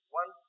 one